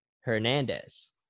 Hernandez